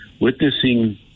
witnessing